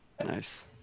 Nice